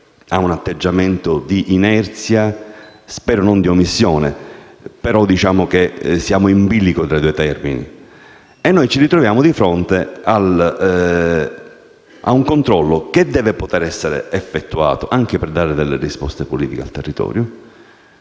ha un atteggiamento di inerzia, spero non di omissione: siamo in bilico tra i due termini. Noi ci ritroviamo di fronte alla necessità di un controllo che deve poter essere effettuato, anche per dare delle risposte politiche al territorio,